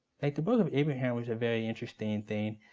like the book of abraham is a very interesting thing.